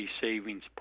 savings